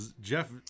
Jeff